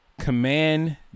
command